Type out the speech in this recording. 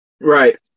right